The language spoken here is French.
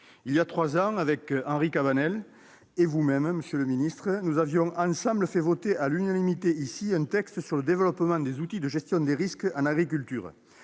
Il y a trois ans, avec Henri Cabanel et vous-même, monsieur le ministre, nous avions ensemble fait voter à l'unanimité du Sénat un texte relatif au développement des outils de gestion des risques en agriculture.